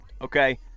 okay